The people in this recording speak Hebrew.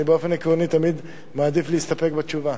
אני באופן עקרוני תמיד מעדיף להסתפק בתשובה.